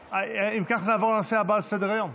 אם כך, נעבור לנושא הבא על סדר-היום.